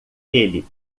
ele